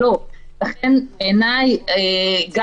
לכן, ראוי